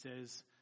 says